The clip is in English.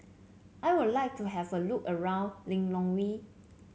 I would like to have a look around Lilongwe